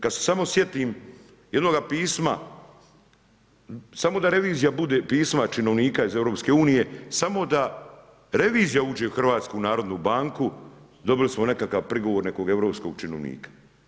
Kada se samo sjetim jednoga pisma samo da revizija bude, pisma činovnika iz EU, samo da revizija uđe u HNB, dobili smo nekakav prigovor nekog europskog činovnika.